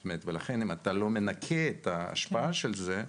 ולכן אם אתה לא מנכה את ההשפעה של זה,